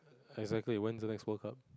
exactly when's the next World Cup